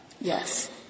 Yes